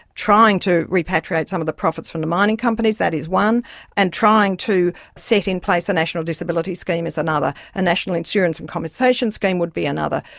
trying to repatriate some of the profits from the mining companies that is one and trying to set in place a national disability scheme is another, a national insurance and compensation scheme would be another,